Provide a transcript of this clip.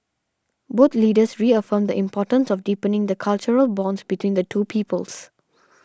both Leaders reaffirmed the importance of deepening the cultural bonds between the two peoples